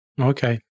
Okay